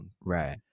Right